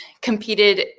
competed